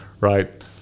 right